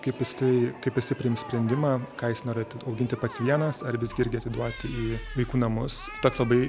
kaip jisai kaip jisai priims sprendimą ką jis norėtų auginti pats vienas ar visgi irgi atiduoti į vaikų namus toks labai